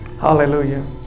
Hallelujah